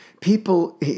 people